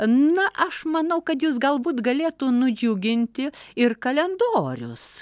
na aš manau kad jus galbūt galėtų nudžiuginti ir kalendorius